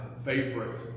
favorite